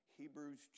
Hebrews